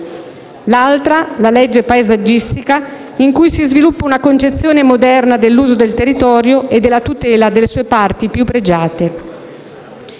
nell'altra, la legge paesaggistica, si sviluppa una concezione moderna dell'uso del territorio e della tutela delle sue parti più pregiate.